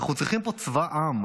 אנחנו צריכים פה צבא עם,